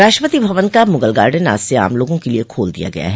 राष्ट्रपति भवन का मुगल गार्डेन आज से आम लोगों के लिए खोल दिया गया है